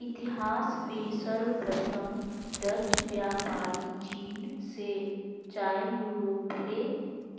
इतिहास में सर्वप्रथम डचव्यापारीचीन से चाययूरोपले